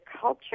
culture